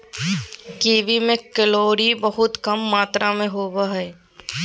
kiwi में calorie बहुत कम मात्र में होबो हइ